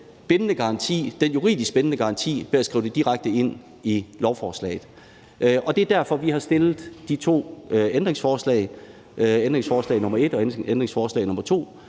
den juridisk bindende garanti ved at skrive det direkte ind i lovforslaget. Det er derfor, vi har stillet de to ændringsforslag, ændringsforslag nr. 1 og ændringsforslag nr. 2,